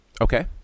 Okay